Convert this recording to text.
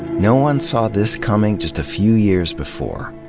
no one saw this coming just a few years before,